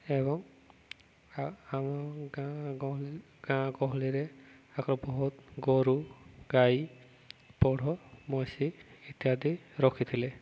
ଏବଂ ଆମ ଗାଁ ଗହଳିରେ ଗାଁ ଗହଳିରେ ଆଗରୁ ବହୁତ ଗୋରୁ ଗାଈ ପୋଢ଼ ମଇଁଷି ଇତ୍ୟାଦି ରଖିଥିଲେ